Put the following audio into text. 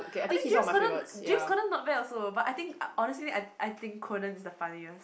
I think James-Corden James-Corden not bad also but I think honestly I think Conan is the funniest